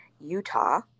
Utah